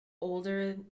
older